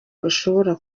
ushobora